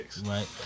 right